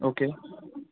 okay